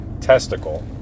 testicle